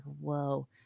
whoa